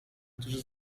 którzy